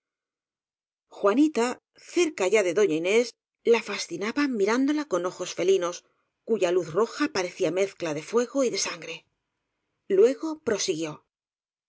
juanita cerca ya de doña inés la fascinaba mi rándola con ojos felinos cuya luz roja parecía mezcla de fuego y de sangre luego prosiguió